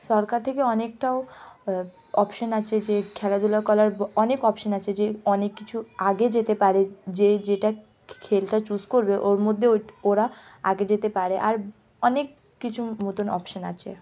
সরকার থেকে অনেকটাও অপশন আছে যে খেলাধুলা করার অনেক অপশন আছে যে অনেক কিছু আগে যেতে পারে যেই যেটা খেলাটা চুজ করবে ওর মধ্যে ওটা ওরা আগে যেতে পারে আর অনেক কিছুর মতন অপশন আছে